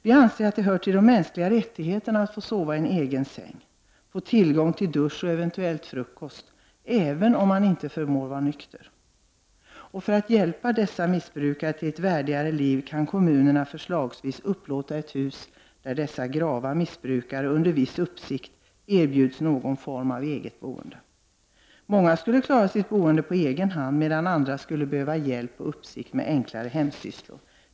Vi anser att det hör till de mänskliga rättigheterna att få sova i en egen säng, ha tillgång till dusch och eventuellt frukost, även om man inte förmår vara nykter. För att hjälpa dessa missbrukare till ett värdigare liv kan kommunerna förslagsvis upplåta ett hus, där dessa grava missbrukare — under viss uppsikt — erbjuds någon form av eget boende. Många skulle klara sitt helt på egen hand, medan andra skulle behöva hjälp med enklare hemtjänstsysslor.